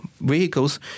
vehicles